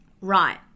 right